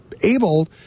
able